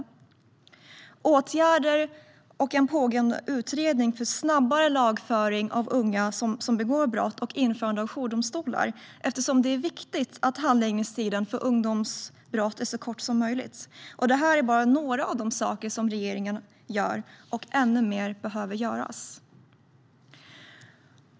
Det vidtas åtgärder och pågår en utredning för snabbare lagföring av unga som begår brott och införande av jourdomstolar, eftersom det är viktigt att handläggningstiden för ungdomsbrott är så kort som möjligt. Det här är bara några av de saker som regeringen gör, och mer behöver göras.